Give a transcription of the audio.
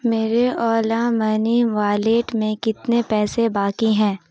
میرے Ola money wallet میں کتنے پیسے باقی ہیں